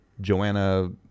Joanna